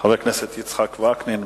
חבר הכנסת יצחק וקנין,